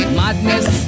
madness